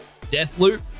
Deathloop